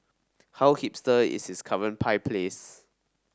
how hipster is his current pie place